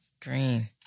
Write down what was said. Green